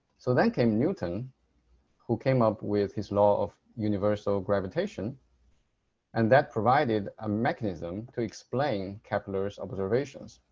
so then came newton who came up with his law of universal gravitation and that provided a mechanism to explain kepler's observations.